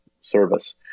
service